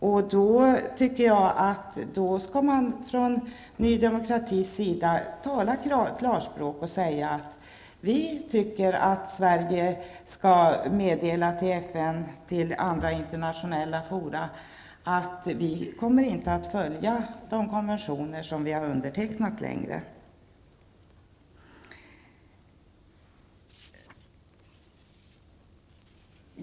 Jag tycker att man från Ny Demokratis sida skall tala klarspråk och säga: Vi tycker att Sverige skall meddela till FM och andra internationella fora att vi inte längre kommer att följa de konventioner som vi har undertecknat.